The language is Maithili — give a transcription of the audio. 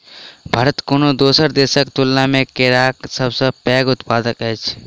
भारत कोनो दोसर देसक तुलना मे केराक सबसे पैघ उत्पादक अछि